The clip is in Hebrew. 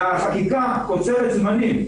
כי החקיקה קוצבת זמנים,